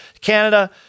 Canada